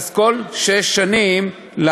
יגיש כל שש שנים.